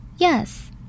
Yes